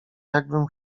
jakbym